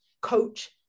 Coach